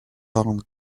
hang